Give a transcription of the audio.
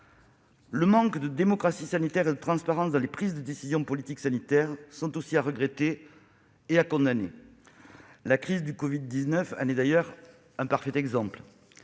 Le manque de démocratie sanitaire et de transparence dans les prises de décisions politiques sanitaires est aussi à regretter et à condamner. La crise du covid-19 en est d'ailleurs un parfait exemple.